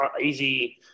easy